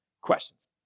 questions